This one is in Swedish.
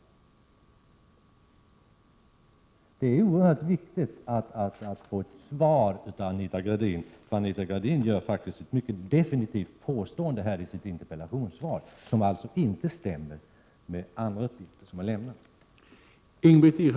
Det är oerhört viktigt att få ett svar av Anita Gradin, för Anita Gradin gör faktiskt ett definitivt påstående i sitt interpellationssvar, som alltså inte stämmer med andra uppgifter som har lämnats.